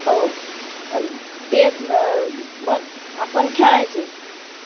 हो ते न मग आपण खेळायचे